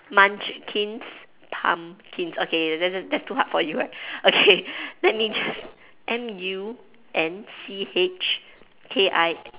munchkins pumpkins okay that that that's too hard for you right okay let me just M U N C H K I